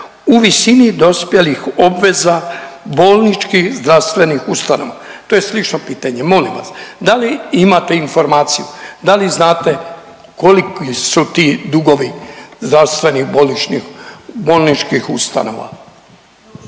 u visini dospjelih obveza bolničkih zdravstvenih ustanova. To je slično pitanje. Molim vas, da li imate informaciju da li znate koliki su ti dugovi zdravstvenih bolničkih ustanova?